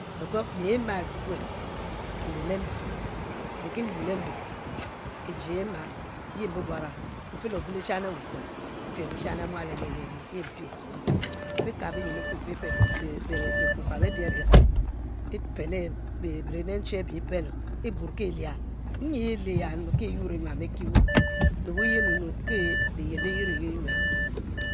Mi mma e'sukuel mei le mbe, nri ki wu lembe e'jimma yi mbubuom mfe le obe lishani awukpo mpie lishami mual elie lielie yimpie mfi kabo bikuam abirefe e'pello birinchi abibfe iburki liu nyi, ye e'lie ya ki e'yur nyuam e'kiweh le wuye nunu ki li yel li yuri ye nyuam.